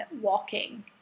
walking